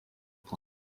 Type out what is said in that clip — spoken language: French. point